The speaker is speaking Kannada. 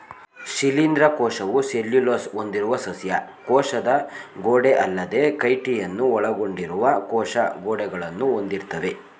ಶಿಲೀಂಧ್ರ ಕೋಶವು ಸೆಲ್ಯುಲೋಸ್ ಹೊಂದಿರುವ ಸಸ್ಯ ಕೋಶದ ಗೋಡೆಅಲ್ಲದೇ ಕೈಟಿನನ್ನು ಒಳಗೊಂಡಿರುವ ಕೋಶ ಗೋಡೆಗಳನ್ನು ಹೊಂದಿರ್ತವೆ